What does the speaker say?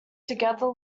together